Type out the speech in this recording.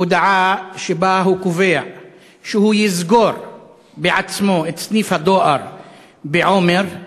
הודעה שבה הוא קובע שהוא יסגור בעצמו את סניף הדואר בעומר,